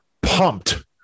pumped